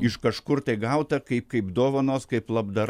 iš kažkur tai gauta kai kaip dovanos kaip labdara